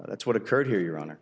that's what occurred here your honor